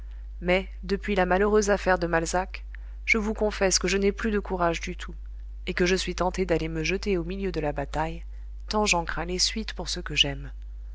mais depuis la malheureuse affaire de malzac je vous confesse que je n'ai plus de courage du tout et que je suis tentée d'aller me jeter au milieu de la bataille tant j'en crains les suites pour ceux que j'aime